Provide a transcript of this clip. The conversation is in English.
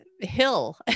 hill